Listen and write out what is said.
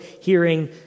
hearing